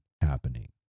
happening